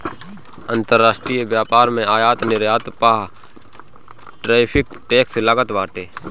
अंतरराष्ट्रीय व्यापार में आयात निर्यात पअ टैरिफ टैक्स लागत बाटे